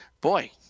Boy